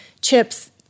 chips